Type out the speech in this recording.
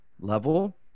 level